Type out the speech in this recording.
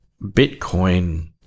Bitcoin